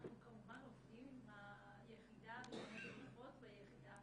אנחנו כמובן עובדים עם היחידה בתוכניות נוספות ביחידה,